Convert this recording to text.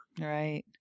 Right